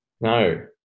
No